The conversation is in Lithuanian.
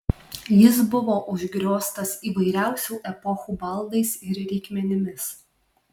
jis buvo užgrioztas įvairiausių epochų baldais ir reikmenimis